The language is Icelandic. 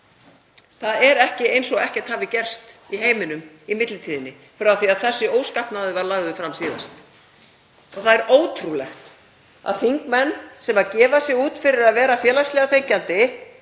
Það er ekki eins og ekkert hafi gerst í heiminum í millitíðinni, frá því að þessi óskapnaður var lagður fram síðast, og það er ótrúlegt að þingmenn sem gefa sig út fyrir að vera félagslega þenkjandi,